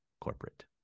corporate